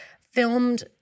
filmed